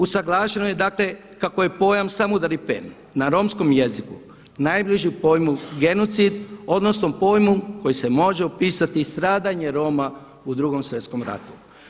Usuglašeno je dakle kako je pojam „samudaripen“ na Romskom jeziku najbližu pojmu genocid, odnosno pojmu koji se može opisati stradanje Roma u Drugom svjetskom ratu.